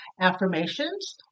affirmations